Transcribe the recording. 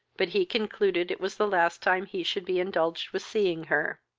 but he concluded it was the last time he should be indulged with seeing her.